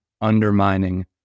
undermining